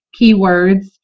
keywords